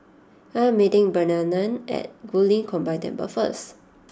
I am meeting Bernarnen at Guilin Combined Temple first